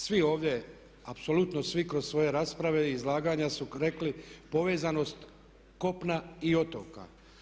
Svi ovdje, apsolutno svi kroz svoje rasprave i izlaganja su rekli povezanost kopna i otoka.